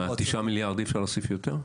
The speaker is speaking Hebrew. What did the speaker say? אי אפשר להוסיף יותר?